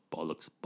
Bollocks